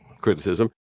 criticism